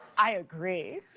i agree.